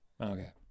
Okay